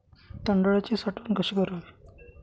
तांदळाची साठवण कशी करावी?